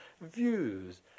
views